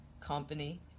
company